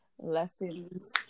Lessons